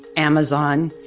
amazon,